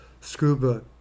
scuba